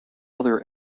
other